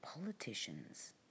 politicians